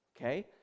okay